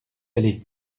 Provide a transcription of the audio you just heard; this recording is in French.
aller